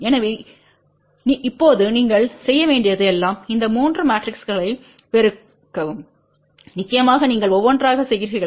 எனவே இப்போது நீங்கள் செய்ய வேண்டியது எல்லாம் இந்த 3 மாட்ரிக்ஸ்களை பெருக்கவும்நிச்சயமாக நீங்கள் ஒவ்வொன்றாக செய்கிறீர்கள்